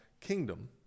kingdom